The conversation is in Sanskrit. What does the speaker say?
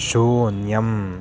शून्यम्